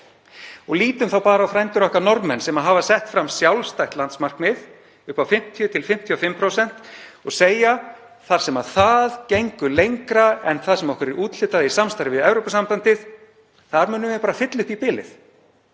Lítum bara á frændur okkar Norðmenn sem hafa sett fram sjálfstætt landsmarkmið upp á 50–55% og segja: Þar sem það gengur lengra en það sem okkur er úthlutað í samstarfi við Evrópusambandið munum við bara fylla upp í bilið.